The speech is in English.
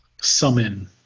summon